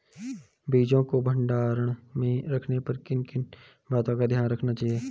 बीजों को भंडारण में रखने पर किन किन बातों को ध्यान में रखना चाहिए?